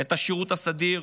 את השירות הסדיר